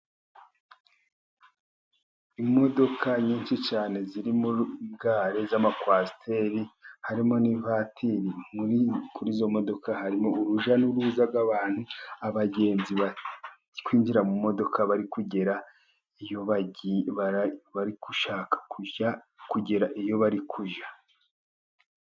Imodoka nyinshi cyane ziri muri gare z'amakwasiteri harimo n'ivatiri, kuri izo modoka hariho urujya n'uruza rw'abantu, abagenzi bari kwinjira mu modoka bari gushaka kugera iyo bari kujya.